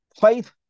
Faith